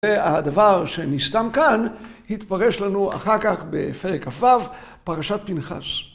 והדבר שנסתם כאן, יתפרש לנו אחר כך בפרק כו', פרשת פנחס.